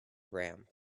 ramp